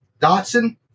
Dotson